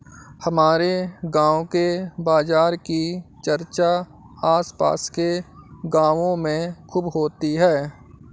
हमारे गांव के बाजार की चर्चा आस पास के गावों में खूब होती हैं